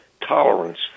tolerance